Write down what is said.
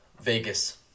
vegas